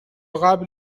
قبل